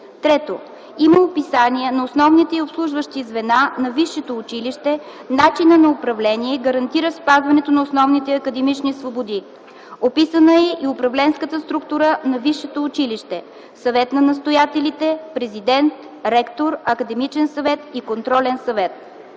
3. Има описание на основните и обслужващи звена на висшето училище, начина на управление, гарантира спазването на основните академични свободи. Описана е и управленската структура на висшето училище: Съвет на настоятелите, президент, ректор, Академичен съвет и Контролен съвет.